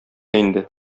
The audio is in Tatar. инде